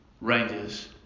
Rangers